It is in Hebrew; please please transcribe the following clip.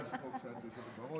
אני חדש פה כשאת יושבת בראש.